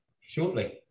shortly